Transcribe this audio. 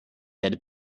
had